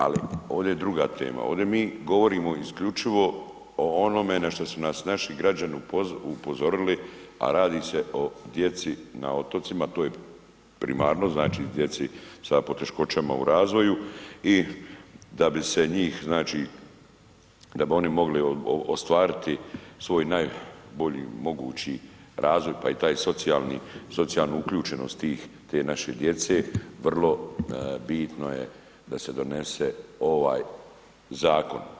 Ali ovde je druga tema, ovde mi govorimo isključivo o onome na što su nas naši građani upozorili, a radi se o djeci na otocima to je primarno, znači djeci sa poteškoćama u razvoju i da bi se njih znači, da bi oni mogli ostvariti svoj najbolji mogući razvoj pa i taj socijalni, socijalnu uključenost tih te naše djece, vrlo bitno je da se donese ovaj zakon.